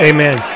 Amen